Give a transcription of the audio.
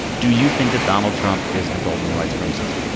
do you think that donald trump is emboldening white supremacists?